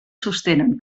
sostenen